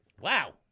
Wow